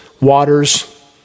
waters